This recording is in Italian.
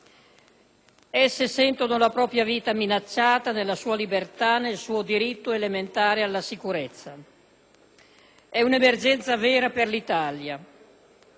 Esse sentono la propria vita minacciata nella sua libertà e nel suo diritto elementare alla sicurezza. È un'emergenza vera per l'Italia;